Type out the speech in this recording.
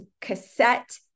cassette